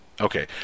okay